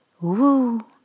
woo